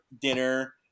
dinner